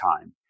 time